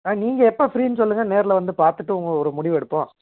நீங்கள் எப்போது ஃபிரீனு சொல்லுங்க நேரில் வந்து பார்த்துட்டு உங்கள் ஒரு முடிவு எடுப்போம்